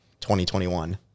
2021